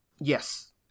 Yes